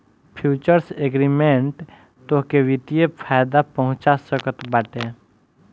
futures agreement तोहके वित्तीय फायदा पहुंचा सकत बाटे